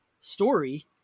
story